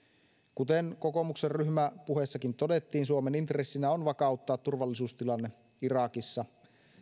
kuten kokoomuksen ryhmäpuheessakin todettiin suomen intressinä on vakauttaa turvallisuustilanne irakissa